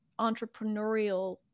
entrepreneurial